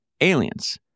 Aliens